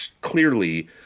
clearly